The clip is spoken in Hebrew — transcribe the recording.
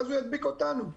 ואז הוא ידביק אותנו.